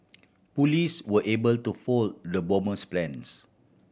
police were able to foil the bomber's plans